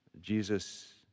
Jesus